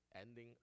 ending